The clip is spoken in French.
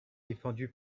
défendu